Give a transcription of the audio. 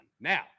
Now